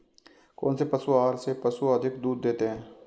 कौनसे पशु आहार से पशु अधिक दूध देते हैं?